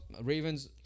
Ravens